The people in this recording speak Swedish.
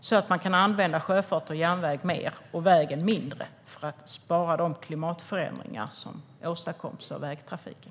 Då kan man använda sjöfart och järnväg mer och vägen mindre för att minska de klimatförändringar som åstadkoms av vägtrafiken.